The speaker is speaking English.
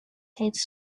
dates